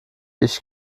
ich